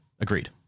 agreed